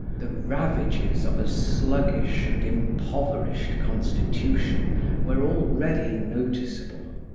the ravages of a sluggish and impoverished constitution were already noticeable.